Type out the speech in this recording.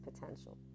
potential